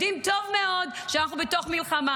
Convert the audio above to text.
יודעים טוב מאוד שאנחנו בתוך מלחמה.